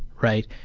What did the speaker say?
right,